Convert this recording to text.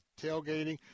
tailgating